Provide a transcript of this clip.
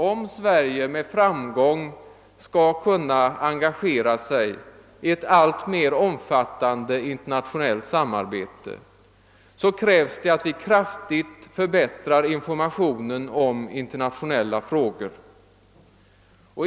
Om Sverige med framgång skall kunna engagera sig i ett alltmer omfattande internationellt samarbete krävs det att vi kraftigt förbättrar informationen i internationella frågor.